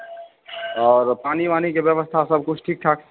और पानि वाणी के व्यवस्था सबकिछु ठीकठाक